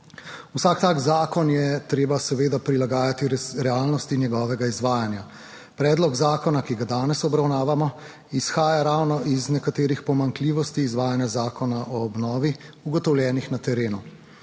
Vsak tak zakon je treba seveda prilagajati realnosti njegovega izvajanja. Predlog zakona, ki ga danes obravnavamo, izhaja ravno iz nekaterih pomanjkljivosti izvajanja Zakona o obnovi, ugotovljenih na terenu.